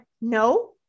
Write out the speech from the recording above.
no